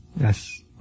Yes